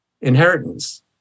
inheritance